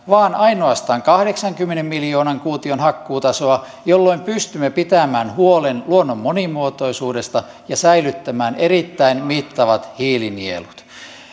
vaan ainoastaan kahdeksankymmenen miljoonan kuution hakkuutasoa jolloin pystymme pitämään huolen luonnon monimuotoisuudesta ja säilyttämään erittäin mittavat hiilinielut